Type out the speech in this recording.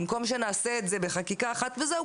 במקום שנעשה את זה בחקיקה אחת וזהו,